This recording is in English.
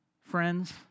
Friends